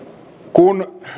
kun